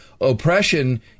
Oppression